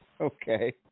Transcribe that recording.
Okay